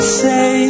say